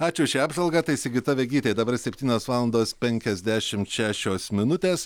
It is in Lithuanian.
ačiū už šią apžvalgą tai sigita vegytė dabar septynios valandos penkiasdešimt šešios minutės